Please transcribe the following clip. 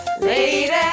Lady